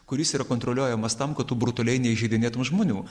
kuris yra kontroliuojamas tam kad tu brutaliai neįžeidinėtum žmonių